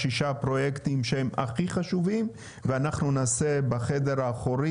שישה פרויקטים שהם הכי חשובים ואנחנו נעשה בחדר האחורי